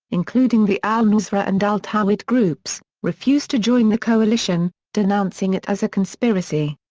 including the al-nusra and al-tawhid groups, refused to join the coalition, denouncing it as a conspiracy.